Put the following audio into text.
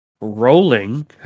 rolling